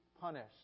punished